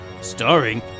Starring